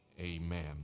amen